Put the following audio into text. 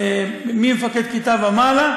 ממפקד כיתה ומעלה,